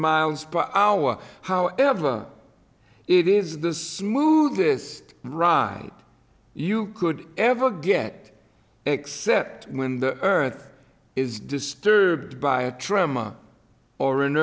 miles per hour however it is the smooth this ride you could ever get except when the earth is disturbed by a true mom or an